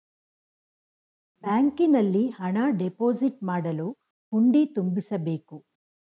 ಬ್ಯಾಂಕಿನಲ್ಲಿ ಹಣ ಡೆಪೋಸಿಟ್ ಮಾಡಲು ಹುಂಡಿ ತುಂಬಿಸಬೇಕು